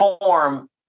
form